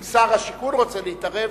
אם שר השיכון רוצה להתערב,